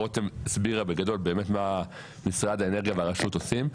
רותם הסבירה בגדול מה משרד האנרגיה והרשות עושים,